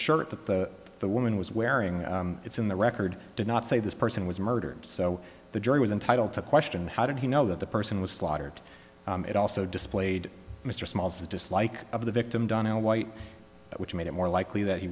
shirt that the the woman was wearing it's in the record did not say this person was murdered so the jury was entitled to question how did he know that the person was slaughtered it also displayed mr small's dislike of the victim donald white which made it more likely that he